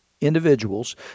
individuals